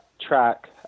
track